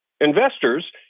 investors